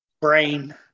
brain